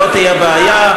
לא תהיה בעיה.